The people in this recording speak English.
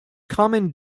common